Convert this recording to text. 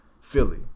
Philly